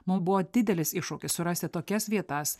mum buvo didelis iššūkis surasti tokias vietas